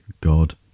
God